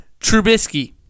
Trubisky